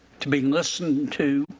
to be listened to,